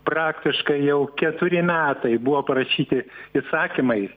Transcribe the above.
praktiškai jau keturi metai buvo parašyti įsakymai